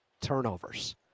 turnovers